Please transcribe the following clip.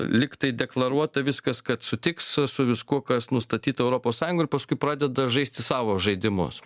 lyg tai deklaruota viskas kad sutiks su viskuo kas nustatyta europos sąjungoj ir paskui pradeda žaisti savo žaidimus